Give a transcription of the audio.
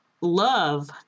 love